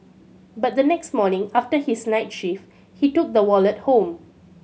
but the next morning after his night shift he took the wallet home